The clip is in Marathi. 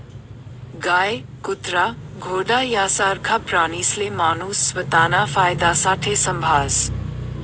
गाय, कुत्रा, घोडा यासारखा प्राणीसले माणूस स्वताना फायदासाठे संभायस